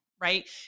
right